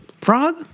frog